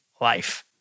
life